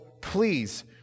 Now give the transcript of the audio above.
Please